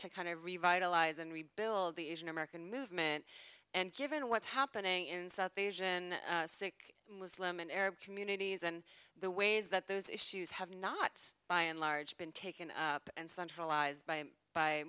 to kind of revitalize and rebuild the asian american movement and given what's happening in south asia in sic muslim and arab communities and the ways that those issues have not by and large been taken up and centralized by by